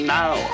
now